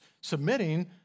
submitting